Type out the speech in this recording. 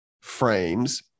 frames